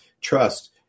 trust